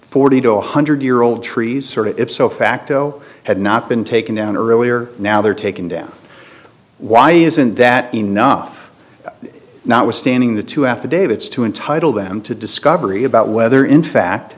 forty to one hundred year old trees if so facto had not been taken down earlier now they're taken down why isn't that enough not withstanding the two affidavits to entitle them to discovery about whether in fact